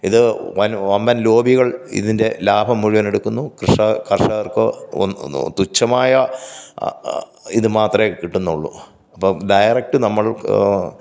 ഇത് വൻ വമ്പൻ ലോബികൾ ഇതിൻ്റെ ലാഭം മുഴുവനെടുക്കുന്നു കർഷകർക്കോ ഒന്ന് തുച്ഛമായ ഇത് മാത്രമേ കിട്ടുന്നുള്ളു അപ്പോൾ ഡയറക്റ്റ് നമ്മൾ